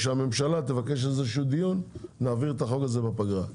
כשהממשלה תבקש איזה שהוא דיון נעביר את החוק הזה בפגרה,